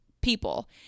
people